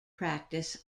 practice